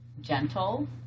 gentle